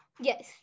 Yes